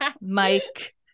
Mike